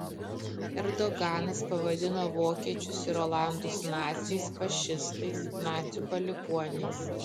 erdoganas pavadino vokiečius ir olandus naciais fašistais nacių palikuoniais